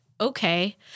Okay